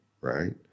right